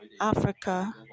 Africa